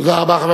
תודה רבה.